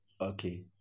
Okay